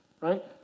right